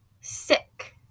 sick